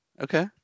Okay